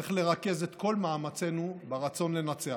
צריך לרכז את כל מאמצינו ברצון לנצח".